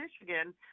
michigan